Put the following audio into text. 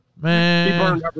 Man